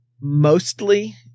mostly